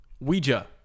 Ouija